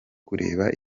kureba